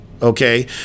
Okay